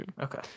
okay